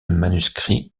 manuscrit